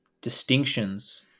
distinctions